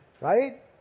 right